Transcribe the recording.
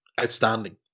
outstanding